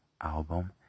Album